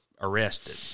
arrested